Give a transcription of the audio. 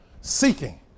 seeking